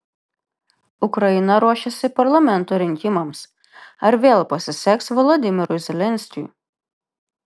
ukraina ruošiasi parlamento rinkimams ar vėl pasiseks volodymyrui zelenskiui